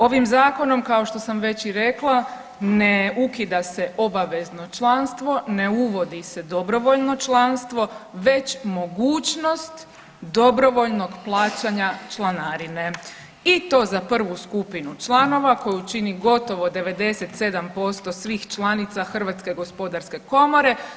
Ovim zakonom kao što sam već i rekla ne ukida se obavezno članstvo, ne uvodi se dobrovoljno članstvo već mogućnost dobrovoljnog plaćanja članarine i to za prvu skupinu članova koju čini gotovo 97% svih članica Hrvatske gospodarske komore.